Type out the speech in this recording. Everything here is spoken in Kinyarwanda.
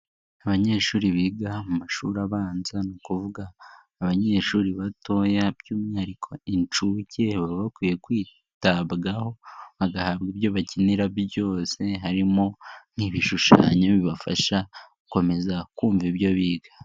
Abanyeshuri biga mu mashuri abanza nukuvuga abanyeshuri batoya byumwihariko incuke baba bakwiye kwitabwaho bagahabwa ibyo bacyenera byose nkibishushanyo bibafasha gukomeza kumva ibyo biga.